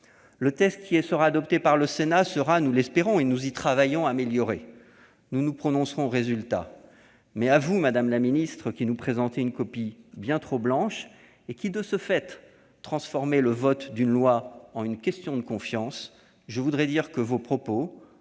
Le texte qui sera adopté par le Sénat sera, nous l'espérons et nous y travaillons, amélioré. Nous nous prononcerons en fonction des résultats auxquels nous parviendrons. À vous, madame la ministre, qui nous présentez une copie bien trop blanche, et qui de ce fait transformez le vote d'une loi en une question de confiance, je voudrais dire que vos propos